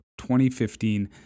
2015